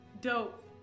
dope